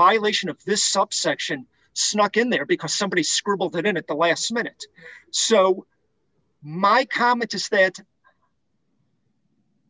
ation of this subsection snuck in there because somebody scribbled it in at the last minute so my comment is that